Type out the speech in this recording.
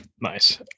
Nice